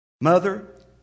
Mother